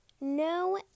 no